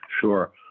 Sure